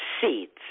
Seeds